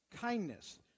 kindness